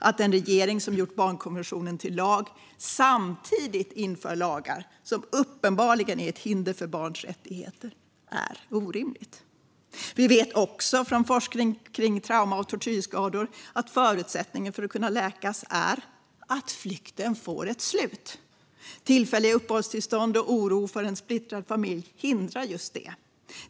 Att en regering som gjort barnkonventionen till lag samtidigt inför lagar som uppenbarligen är ett hinder för barns rättigheter är orimligt. Vi vet också från forskning kring trauma och tortyrskador att förutsättningen för att kunna läkas är att flykten får ett slut. Tillfälliga uppehållstillstånd och oro för en splittrad familj hindrar detta.